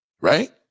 right